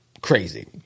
crazy